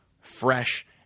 fresh